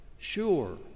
sure